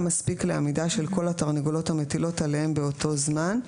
מספיק לעמידה של כל התרנגולות המטילות עליהם באותו זמן.